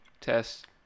test